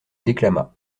déclama